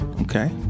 Okay